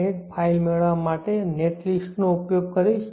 net file મેળવવા માટે નેટલિસ્ટનો ઉપયોગ કરીશ